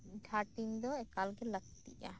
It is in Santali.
ᱦᱟᱹᱴᱤᱧ ᱫᱚ ᱮᱠᱟᱞᱜᱮ ᱞᱟᱹᱠᱛᱤᱜᱼᱟ